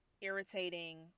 irritating